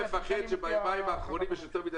אני מתחיל לפחד כי ביומיים האחרונים יש יותר מדי